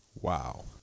Wow